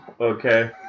okay